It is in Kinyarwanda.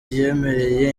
yemereye